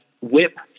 WHIP